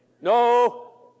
No